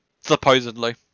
Supposedly